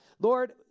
Lord